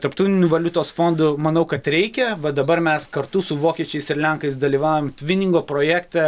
tarptauniu valiutos fondu manau kad reikia va dabar mes kartu su vokiečiais ir lenkais dalyvavom tviningo projekte